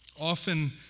often